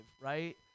right